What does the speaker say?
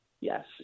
Yes